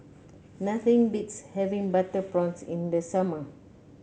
nothing beats having Butter Prawns in the summer